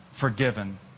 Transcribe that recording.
forgiven